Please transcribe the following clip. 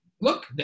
Look